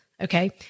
okay